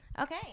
Okay